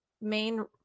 main